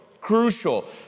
crucial